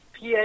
PA